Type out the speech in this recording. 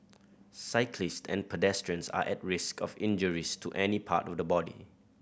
cyclist and pedestrians are at risk of injuries to any part of the body